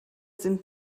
sind